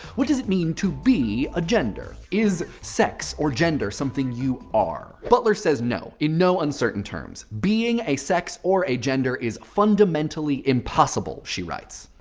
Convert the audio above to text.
what does it mean to be a gender? is sex or gender something you are? butler says no in no uncertain terms. being a sex or a gender is fundamentally impossible, she writes.